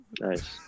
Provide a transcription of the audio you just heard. Nice